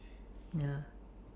ya